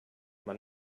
man